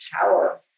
power